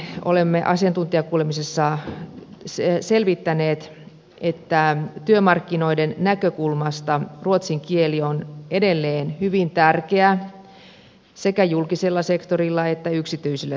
kuitenkin olemme asiantuntijakuulemisissa selvittäneet että työmarkkinoiden näkökulmasta ruotsin kieli on edelleen hyvin tärkeä sekä julkisella sektorilla että yksityisellä sektorilla